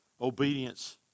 obedience